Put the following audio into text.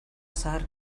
zahar